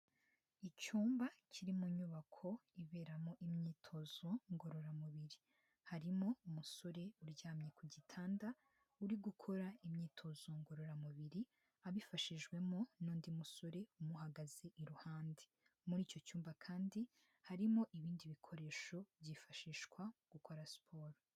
Icyumba kiri mu nyubako iberamo imyitozo ngororamubiri; harimo umusore uryamye ku gitanda, uri gukora imyitozo ngororamubiri, abifashijwemo n'undi musore umuhagaze iruhande. Muri icyo cyumba kandi, harimo ibindi bikoresho byifashishwa mu gukora siporo.